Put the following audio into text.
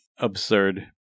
absurd